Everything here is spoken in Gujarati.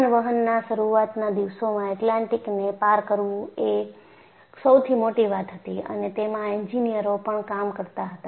વિમાનવહનના શરૂઆતના દિવસોમાં એટલાન્ટિકને પાર કરવું એ સૌથી મોટી વાત હતી અને તેમાં એન્જિનિયરો પણ કામ કરતા હતા